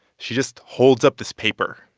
she just holds up this paper.